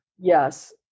Yes